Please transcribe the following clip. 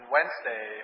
Wednesday